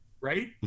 right